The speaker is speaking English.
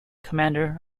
commander